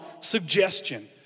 suggestion